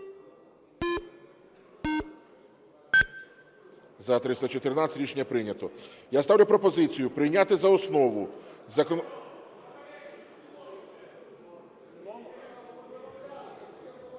За-314 Рішення прийнято. Я ставлю пропозицію прийняти за основу… Шановні